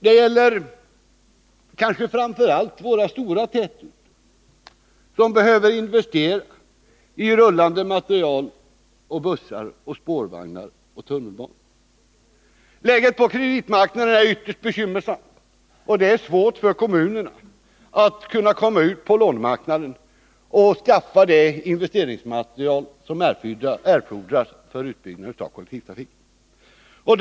Det gäller kanske framför allt våra stora tätorter, som behöver investera i rullande materiel — i bussar och spårvagnar, i tunnelbanor. Läget på kreditmarknaden är ytterst bekymmersamt, och det är svårt för kommunerna att komma ut på lånemarknaden och skaffa de investeringsmedel som erfordras för utbyggnad av kollektivtrafiken.